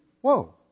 whoa